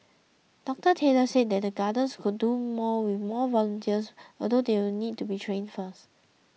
Doctor Taylor said that Gardens could do more with more volunteers although they will need to be trained first